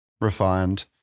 refined